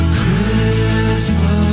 christmas